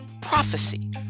prophecy